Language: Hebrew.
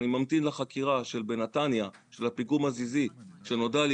אני ממתין לחקירה של הפיגום הזיזי בנתניה - נודע לי